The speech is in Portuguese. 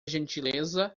gentileza